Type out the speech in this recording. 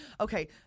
okay